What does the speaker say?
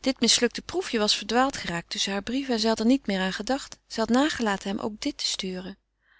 dit mislukte proefje was verdwaald geraakt tusschen hare brieven en zij had er niet meer aan gedacht zij had nagelaten hem ook dit te sturen